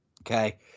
Okay